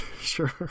Sure